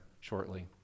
shortly